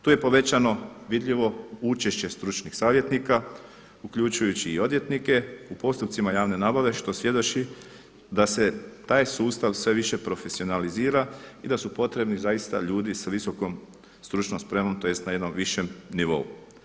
Tu je povećano vidljivo učešće stručnih savjetnika uključujući i odvjetnike u postupcima javne nabave što svjedoči da se taj sustav sve više profesionalizira i da su potrebni zaista ljudi sa visokom stručnom spremom tj. na jednom višem nivou.